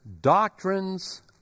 doctrines